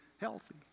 healthy